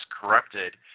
corrupted